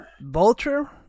Vulture